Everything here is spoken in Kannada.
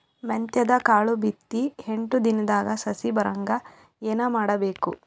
ಮೆಂತ್ಯದ ಕಾಳು ಬಿತ್ತಿ ಎಂಟು ದಿನದಾಗ ಸಸಿ ಬರಹಂಗ ಏನ ಮಾಡಬೇಕು?